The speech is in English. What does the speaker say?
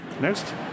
Next